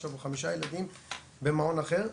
מאשר חמישה ילדים במעון אחר,